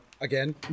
Again